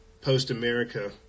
post-America